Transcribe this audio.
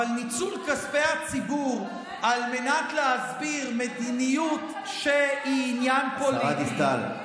אבל ניצול כספי הציבור על מנת להסביר מדיניות שהיא עניין פוליטי,